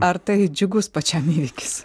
ar tai džiugus pačiam įvykis